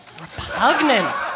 Repugnant